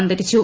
അന്തരിച്ചു